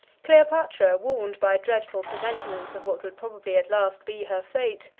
cleopatra, warned by dreadful presentiments of what would probably at last be her fate,